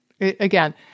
Again